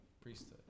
priesthood